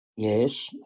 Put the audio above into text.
Yes